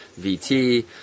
VT